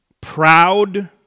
proud